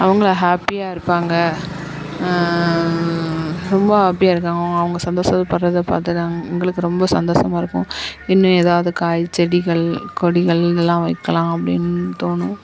அவங்க ஹாப்பியாக இருப்பாங்க ரொம்ப ஹாப்பியாக இருக்காங்க அவங்க அவங்க சந்தோஷப்பட்றத பார்த்து நாங்க எங்களுக்கு ரொம்ப சந்தோஷமா இருக்கும் இன்னும் ஏதாவது காய் செடிகள் கொடிகளெலாம் வைக்கலாம் அப்படின்னு தோணும்